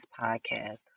podcast